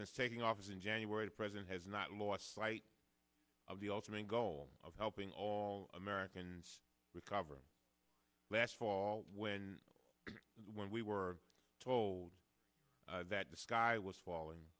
taking office in january the president has not lost sight of the ultimate goal of helping all americans with cover last fall when when we were told that the sky was fall